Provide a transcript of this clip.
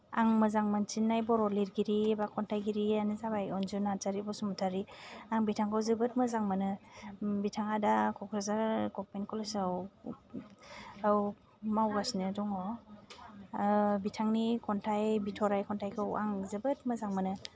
आं मोजां मोनसिननाय बर' लिरगिरि एबा खन्थाइगिरियानो जाबाय अन्जु नार्जारी बसुमतारी आं बिथांखौ जोबोद मोजां मोनो बिथाङा दा क'क्राझार गभर्नमेन्ट कलेजाव आव मावगासिनो दङ बिथांनि खन्थाइ बिथ'राइ खन्थाइखौ आं जोबोद मोजां मोनो